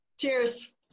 Cheers